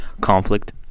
conflict